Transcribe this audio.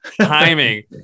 timing